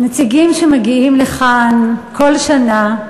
נציגים שמגיעים לכאן כל שנה,